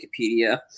wikipedia